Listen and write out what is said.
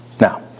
Now